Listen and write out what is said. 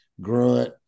grunt